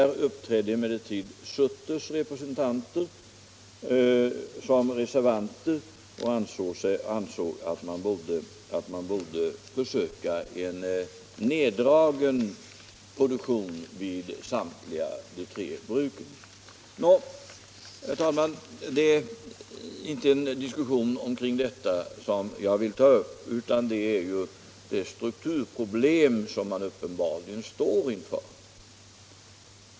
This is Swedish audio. Surtes representanter uppträdde där som reservanter och ansåg att man borde försöka en neddragen produktion vid samtliga tre bruken. Herr talman! Det är inte en diskussion omkring detta jag vill ta upp, utan det strukturproblem som man uppenbarligen står inför.